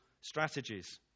strategies